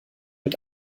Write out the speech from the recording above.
mit